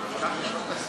ו-2199.